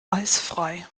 eisfrei